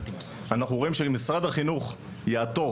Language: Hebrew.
אנחנו רואים שאם משרד החינוך יעתור